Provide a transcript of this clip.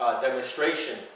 demonstration